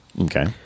Okay